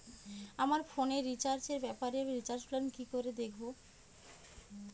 আমার ফোনে রিচার্জ এর ব্যাপারে রিচার্জ প্ল্যান কি করে দেখবো?